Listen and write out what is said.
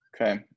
Okay